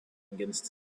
against